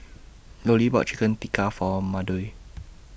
Lollie bought Chicken Tikka For Maude